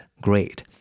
great